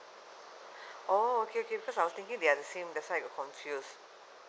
oh okay okay because I was thinking they are the same that's why I'm confused